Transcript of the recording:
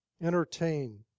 entertain